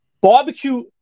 Barbecue